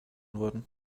worden